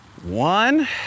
One